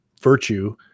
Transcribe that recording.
virtue